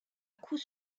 coup